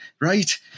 right